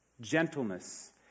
gentleness